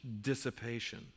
dissipation